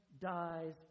dies